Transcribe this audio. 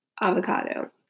avocado